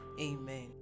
amen